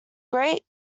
great